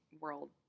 world